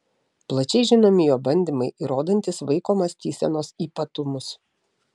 plačiai žinomi jo bandymai įrodantys vaiko mąstysenos ypatumus